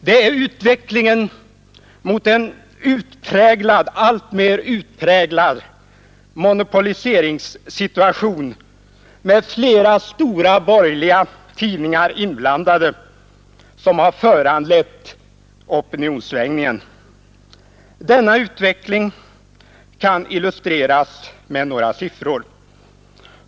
Det är utvecklingen mot en alltmer utpräglad monopoliseringssituation med flera stora borgerliga tidningar inblandade som har föranlett opinionssvängningen. Denna utveckling kan illustreras med några siffror.